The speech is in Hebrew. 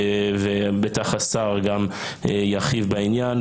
ובטח השר גם ירחיב בעניין.